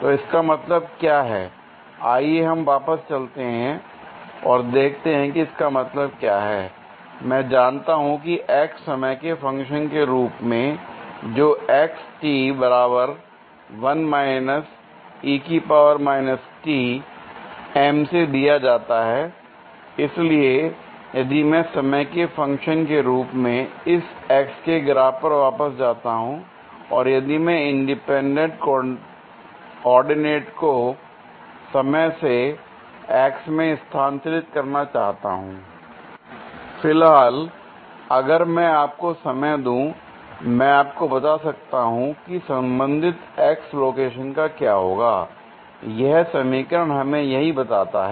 तो इसका मतलब क्या है आइए हम वापस चलते हैं और देखते हैं कि इसका मतलब क्या है l मैं जानता हूं कि x समय के फंक्शन के रूप मेंजो से दिया जाता हैl इसलिए यदि मैं समय के फंक्शन के रूप में इस x के ग्राफ पर वापस जाता हूं और यदि मैं इंडिपेंडेंट ऑर्डिनेट को समय से x में स्थानांतरित करना चाहता हूं l फिलहाल अगर मैं आपको समय दूंमैं आपको बता सकता हूं कि संबंधित x लोकेशन क्या होगा यह समीकरण हमें यही बताता है